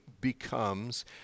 becomes